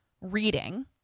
reading